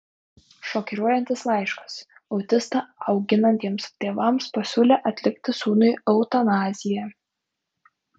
šokiruojantis laiškas autistą auginantiems tėvams pasiūlė atlikti sūnui eutanaziją